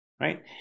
right